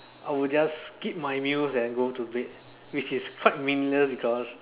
I would just skip my meals and go to bed which is quite meaningless because